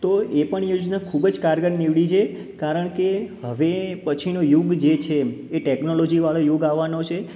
તો એ પણ યોજના ખૂબ જ કારગર નીવડી છે કારણ કે હવે પછીનો યુગ જે છે એ ટૅકનોલોજીવાળો યુગ આવવાનો છે